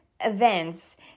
events